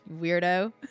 weirdo